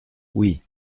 oui